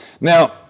Now